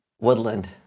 Woodland